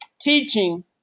teaching